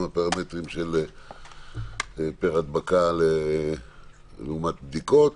גם בפרמטרים של פר הדבקה לעומת בדיקות,